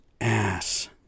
ass